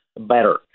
better